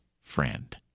friend